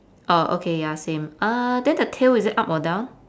oh okay ya same uh then the tail is it up or down